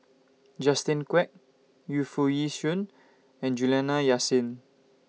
Justin Quek Yu Foo Yee Shoon and Juliana Yasin